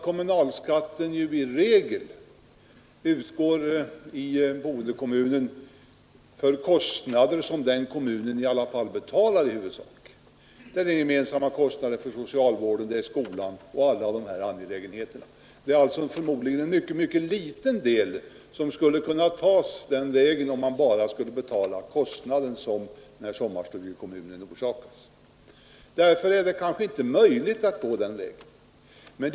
Kommunalskatten utgår nämligen i regel i boendekommunen för kostnader som den kommunen i alla fall huvudsakligen betalar — de gemensamma kostnaderna för socialvården, skolan och en mängd andra angelägenheter. Förmodligen skulle alltså en synnerligen liten del kunna tas den vägen, om det bara skulle vara fråga om den kostnad som sommarstugekommunen åsamkas. Därför är det kanske inte möjligt att gå den vägen.